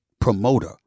promoter